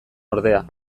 ordea